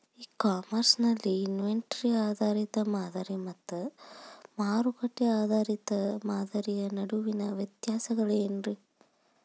E commerce ನಲ್ಲಿ inventory ಆಧಾರಿತ ಮಾದರಿ ಮತ್ತ ಮಾರುಕಟ್ಟೆ ಆಧಾರಿತ ಮಾದರಿಯ ನಡುವಿನ ವ್ಯತ್ಯಾಸಗಳೇನ ರೇ?